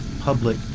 Public